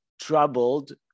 troubled